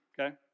okay